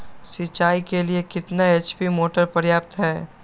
सिंचाई के लिए कितना एच.पी मोटर पर्याप्त है?